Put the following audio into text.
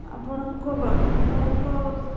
ଆପଣଙ୍କ ଆପଣଙ୍କ